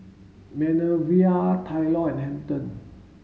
Manervia Tylor and Hampton